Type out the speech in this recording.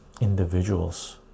individuals